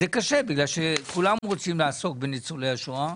זה קשה כי כולם רוצים לעסוק בניצולי השואה,